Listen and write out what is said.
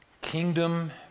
Kingdom